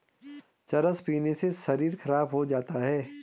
चरस पीने से शरीर खराब हो जाता है